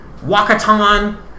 Wakatan